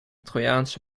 trojaanse